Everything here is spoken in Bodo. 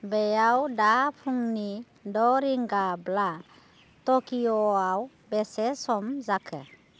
बेयाव दा फुंनि द' रिंगाब्ला टकिअ'आव बेसे सम जाखो